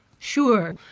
sure.